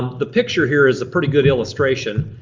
the picture here is a pretty good illustration.